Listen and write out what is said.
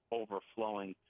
overflowing